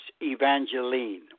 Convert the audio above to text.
Evangeline